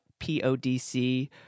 PODC